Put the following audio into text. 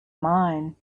mine